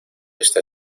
está